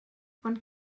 ond